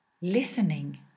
listening